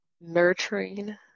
nurturing